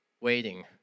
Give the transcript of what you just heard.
waiting